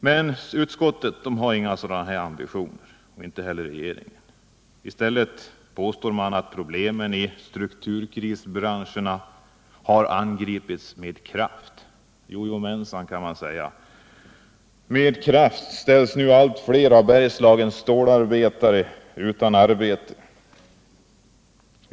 Men utskottet har inga sådana ambitioner, inte heller regeringen. I stället påstår man att problemen i strukturkrisbranscherna har angripits med kraft. Jojomänsan — med kraft ställs nu allt fler av Bergslagens stålarbetare utan arbete.